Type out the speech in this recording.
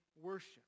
worship